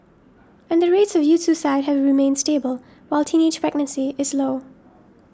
and the rates of youth suicide have remained stable while teenage pregnancy is low